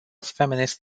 feminist